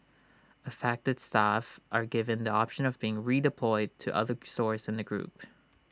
affected staff are given the option of being redeployed to other stores in the group